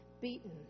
beaten